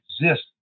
exist